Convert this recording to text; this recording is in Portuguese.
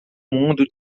mundo